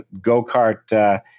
go-kart